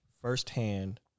firsthand